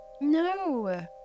no